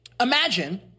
Imagine